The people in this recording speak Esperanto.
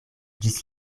ĝis